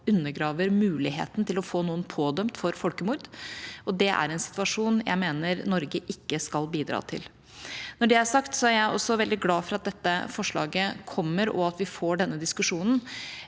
undergraver muligheten til å få noen dømt for folkemord, og det er en situasjon jeg mener Norge ikke skal bidra til. Når det er sagt, er jeg også veldig glad for at dette forslaget kommer, og at vi får denne diskusjonen.